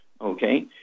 okay